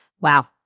wow